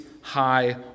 high